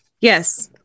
Yes